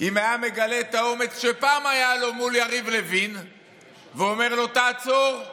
אם היה מגלה את האומץ שפעם היה לו מול יריב לוין ואומר לו: תעצור,